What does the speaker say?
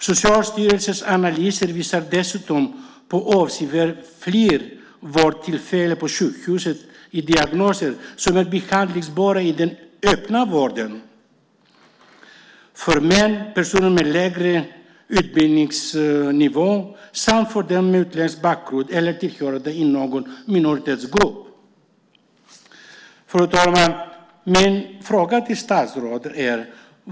Socialstyrelsens analyser visar dessutom på avsevärt fler vårdtillfällen på sjukhuset i diagnoser som är behandlingsbara i den öppna vården för män, personer med lägre utbildningsnivå samt för dem med utländsk bakgrund eller tillhörande någon minoritetsgrupp. Fru talman!